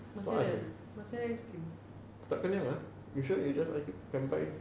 what ice cream tak kenyang ah you sure you just ice cream I can buy